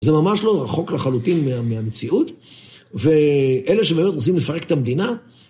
זה ממש לא רחוק לחלוטין מהמציאות, ואלה שבאמת רוצים לפרק את המדינה...